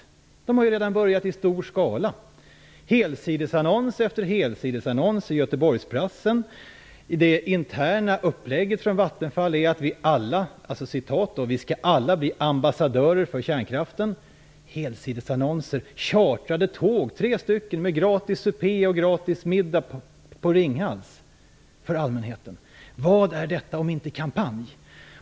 Man har redan börjat i stor skala, med helsidesannons efter helsidesannons i Göteborgspressen. Vattenfalls interna upplägg är att vi "alla skall bli ambassadörer för kärnkraften". Det är helsidesannonser och chartrade tåg, tre stycken, med gratis supé och gratis middag på Ringhals för allmänheten. Vad är detta om inte en kampanj?